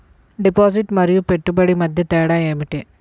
Deposit మరియు పెట్టుబడి మధ్య తేడా ఏమిటి?